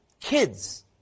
kids